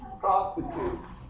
prostitutes